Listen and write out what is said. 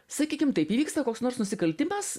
sakykim taip įvyksta koks nors nusikaltimas